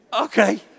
Okay